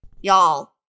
y'all